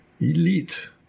Elite